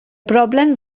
broblem